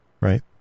right